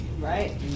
Right